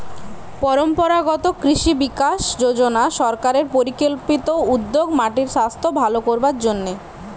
পরম্পরাগত কৃষি বিকাশ যজনা সরকারের পরিকল্পিত উদ্যোগ মাটির সাস্থ ভালো করবার জন্যে